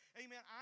amen